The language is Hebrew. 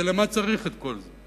זה, למה צריך את כל זה?